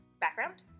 background